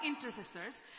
intercessors